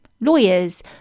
lawyers